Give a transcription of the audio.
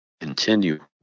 continue